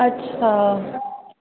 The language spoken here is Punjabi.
ਅੱਛਾ